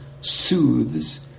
soothes